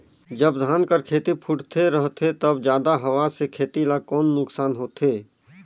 जब धान कर खेती फुटथे रहथे तब जादा हवा से खेती ला कौन नुकसान होथे?